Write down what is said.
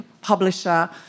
publisher